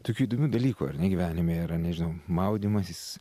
tokių įdomių dalykų ar ne gyvenime yra nežinau maudymasis